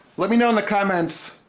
let me know in the comments.